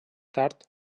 tard